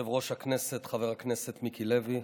יושב-ראש הכנסת חבר הכנסת מיקי לוי,